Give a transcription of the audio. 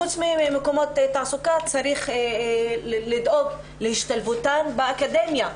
חוץ ממקומות תעסוקה צריך לדאוג להשתלבותן באקדמיה.